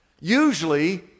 Usually